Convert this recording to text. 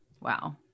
Wow